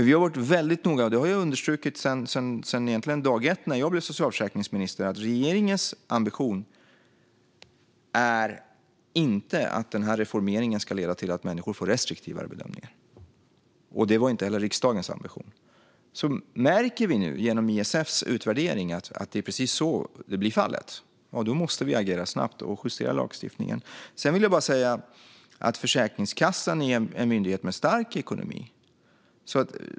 Vi har varit väldigt noga med - och det har jag understrukit sedan dag ett som socialförsäkringsminister - att regeringens ambition inte är att den här reformeringen ska leda till att människor får restriktivare bedömningar. Det är inte heller riksdagens ambition. Märker vi nu genom ISF:s utvärdering att så blir fallet - ja, då måste vi agera snabbt och justera lagstiftningen. Sedan vill jag säga att Försäkringskassan är en myndighet med stark ekonomi.